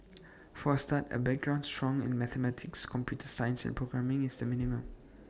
for A start A background strong in mathematics computer science and programming is the minimum